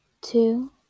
two